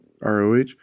ROH